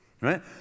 right